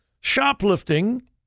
Shoplifting